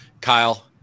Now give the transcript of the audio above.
Kyle